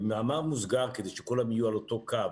במאמר מוסגר, כדי שכולם יהיו על אותו קו,